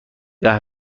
قهوه